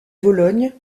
vologne